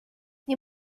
nie